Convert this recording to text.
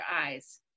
eyes